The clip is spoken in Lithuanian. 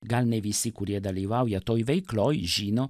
gal ne visi kurie dalyvauja toj veikloj žino